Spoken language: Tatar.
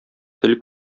тел